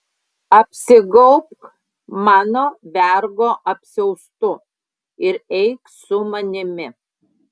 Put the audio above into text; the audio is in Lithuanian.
apsigaubk mano vergo apsiaustu ir eik su manimi